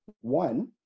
One